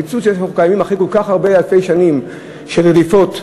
המציאות שאנחנו קיימים אחרי כל כך הרבה אלפי שנים של רדיפות,